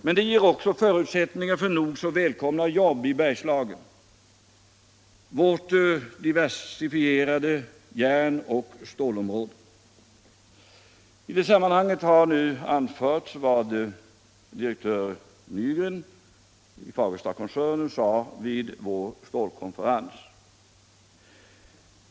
Men det ger också förutsättningar för nog så välkomna jobb i Bergslagen, vårt diversifierade järnoch stålområde. I det sammanhanget har nu anförts vad direktör Nygren i Fagerstakoncernen sade vid vår stålkonferens.